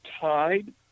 tied